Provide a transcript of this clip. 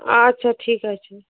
আচ্ছা ঠিক আছে